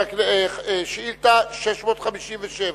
שאילתא מס' 657,